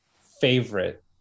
favorite